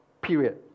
Period